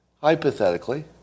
Hypothetically